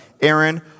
Aaron